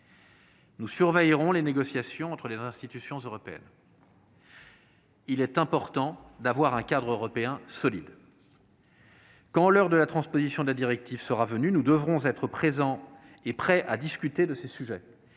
Nous surveillerons les négociations entre les institutions européennes. Il est important d'avoir un cadre européen solide. Quand l'heure de la transposition de la directive sera venue, nous devrons être prêts à discuter de ces sujets.